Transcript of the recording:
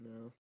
No